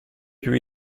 più